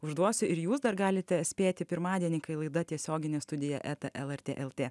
užduosiu ir jūs dar galite spėti pirmadienį kai laida tiesioginė studija eta lrt lt